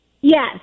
Yes